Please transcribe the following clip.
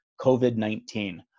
COVID-19